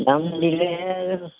দাম দিলেহে